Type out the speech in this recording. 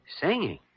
Singing